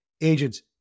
Agents